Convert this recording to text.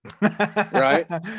right